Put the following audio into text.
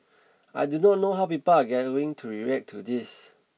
I do not know how people are to react to this